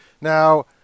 Now